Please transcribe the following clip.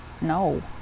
no